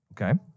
Okay